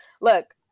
Look